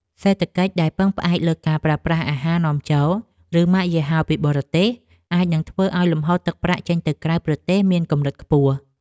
សេដ្ឋកិច្ចដែលពឹងផ្អែកលើការប្រើប្រាស់អាហារនាំចូល ឬម៉ាកយីហោពីបរទេសអាចនឹងធ្វើឲ្យលំហូរទឹកប្រាក់ចេញទៅក្រៅប្រទេសមានកម្រិតខ្ពស់។